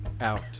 out